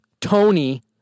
Tony